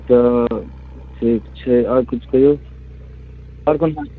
तऽ सब छै आओर किछु कहू आओर कोन माँछ